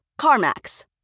CarMax